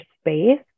space